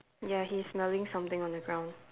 ya he's smelling something on the ground